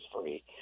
free